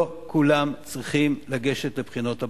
לא כולם צריכים לגשת לבחינות הבגרות.